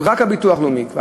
רק הביטוח הלאומי יקבע,